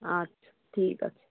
আচ্ছা ঠিক আছে